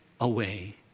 away